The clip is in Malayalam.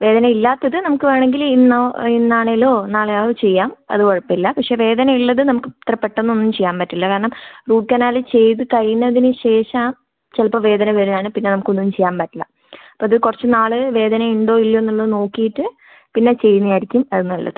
വേദന ഇല്ലാത്തത് നമുക്ക് വേണമെങ്കിൽ ഇന്നോ ഇന്നാണേലോ നാളേയോ ചെയ്യാം അത് കുഴപ്പമില്ല പക്ഷേ വേദനയുള്ളത് നമുക്ക് അത്ര പെട്ടെന്ന് ഒന്നും ചെയ്യാൻ പറ്റില്ല കാരണം റൂട്ട് കനാൽ ചെയ്ത് കഴിഞ്ഞതിനു ശേഷം ചിലപ്പോൾ വേദന വരുകയാണെങ്കില് പിന്നെ നമുക്ക് ഒന്നും ചെയ്യാൻ പറ്റില്ല അപ്പോൾ അത് കുറച്ച് നാള് വേദന ഉണ്ടോ ഇല്ലയോ എന്നുള്ളത് നോക്കിയിട്ട് പിന്നെ ചെയ്യുന്നതാരിക്കും അത് നല്ലത്